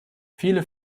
viele